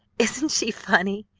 isn't she funny?